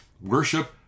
Worship